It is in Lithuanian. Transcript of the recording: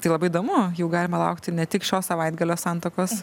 tai labai įdomu jau galima laukti ne tik šio savaitgalio santakos